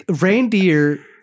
Reindeer